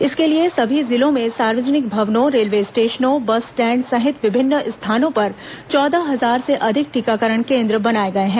इसके लिए सभी जिलों में सार्वजनिक भवनों रेलवे स्टेशनों बस स्टैण्ड सहित विभिन्न स्थानों पर चौदह हजार से अधिक टीकाकरण केन्द्र बनाए गए हैं